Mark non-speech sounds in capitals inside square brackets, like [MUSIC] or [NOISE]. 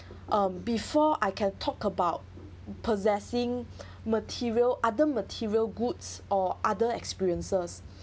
[BREATH] um before I can talk about possessing [BREATH] material other material goods or other experiences